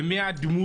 אחד משבע.